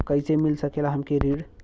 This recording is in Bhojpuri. कइसे मिल सकेला हमके ऋण?